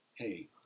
Hey